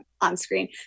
on-screen